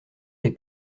les